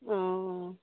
অঁ